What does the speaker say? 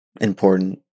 important